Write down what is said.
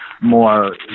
more